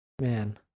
Man